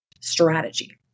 strategy